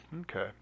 Okay